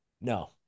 no